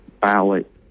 ballot